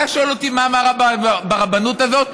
אתה שואל אותי מה רע ברבנות הזאת?